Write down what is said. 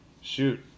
Shoot